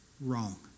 wrong